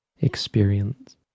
experience